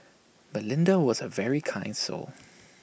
belinda was A very kind soul